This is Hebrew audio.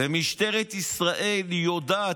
ומשטרת ישראל יודעת.